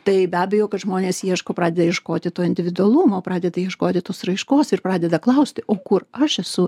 tai be abejo kad žmonės ieško pradeda ieškoti to individualumo pradeda ieškoti tos raiškos ir pradeda klausti o kur aš esu